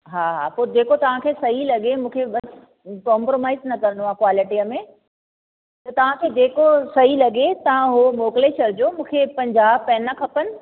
हा हा पोइ जेको तव्हांखे सही लॻे मूंखे बसि कॉम्प्रोमाइज़ न करणो आहे क्वालिटीअ में त तव्हांखे जेको सही लॻे तव्हां उहो मोकिले छॾिजो मूंखे पंजाह पेन खपनि